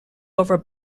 over